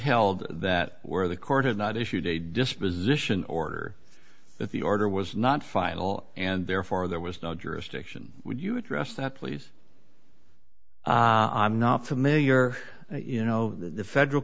held that where the court had not issued a disposition order that the order was not final and therefore there was no jurisdiction would you address that please i'm not familiar you know the federal